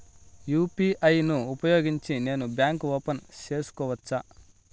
UPI ను ఉపయోగించి నేను బ్యాంకు ఓపెన్ సేసుకోవచ్చా?